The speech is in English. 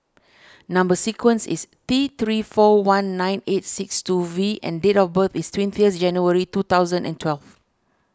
Number Sequence is T three four one nine eight six two V and date of birth is twentieth January two thousand and twelve